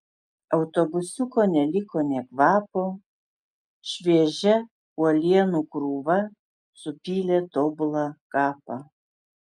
autobusiuko neliko nė kvapo šviežia uolienų krūva supylė tobulą kapą